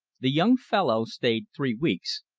the young fellow stayed three weeks,